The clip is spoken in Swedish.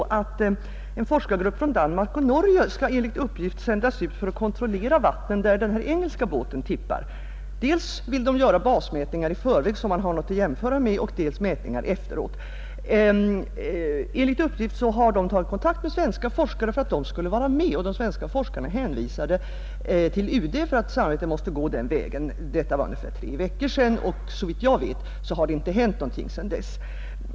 En forskargrupp från Danmark och Norge skall enligt uppgift sändas ut för att kontrollera det vatten som den engelska båten skall tippa i. Man vill dels göra basmätningar i förväg, så att man har något att jämföra med, dels göra mätningar efteråt. Dessa forskare lär ha tagit kontakt med svenska forskare för att även få med dem, och de svenska forskarna har vänt sig till UD, eftersom samarbetet måste gå den vägen. Detta skedde för ungefär tre veckor sedan, och såvitt jag vet har det inte hänt något sedan dess.